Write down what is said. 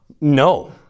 No